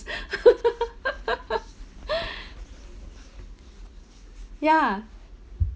ya